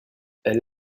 elle